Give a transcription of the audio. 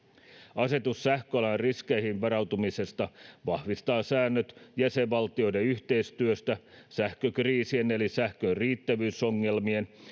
asetus sähköalan riskeihin varautumisesta vahvistaa säännöt jäsenvaltioiden yhteistyöstä sähkökriisien eli sähkön riittävyysongelmien